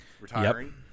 retiring